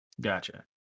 Gotcha